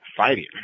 fighting